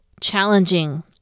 challenging